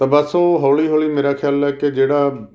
ਅਤੇ ਬਸ ਉਹ ਹੌਲੀ ਹੌਲੀ ਮੇਰਾ ਖਿਆਲ ਹੈ ਕਿ ਜਿਹੜਾ